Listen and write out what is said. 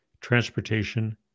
transportation